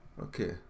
Okay